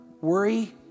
worry